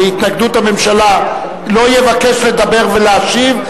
מול התנגדות הממשלה לא יבקש לדבר ולהשיב,